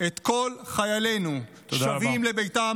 את כל חיילינו שבים לביתם,